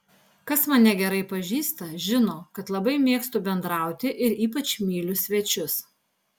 kas mane gerai pažįsta žino kad labai mėgstu bendrauti ir ypač myliu svečius